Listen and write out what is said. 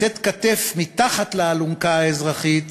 לתת כתף מתחת לאלונקה האזרחית,